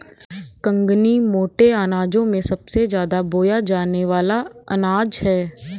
कंगनी मोटे अनाजों में सबसे ज्यादा बोया जाने वाला अनाज है